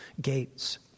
gates